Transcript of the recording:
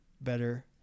better